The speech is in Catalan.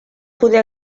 poder